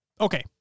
Okay